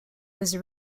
was